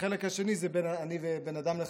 והחלק השני זה בן אדם לחברו,